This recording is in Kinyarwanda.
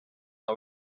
nka